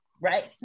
right